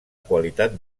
qualitat